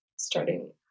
Starting